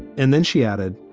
and then she added.